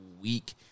week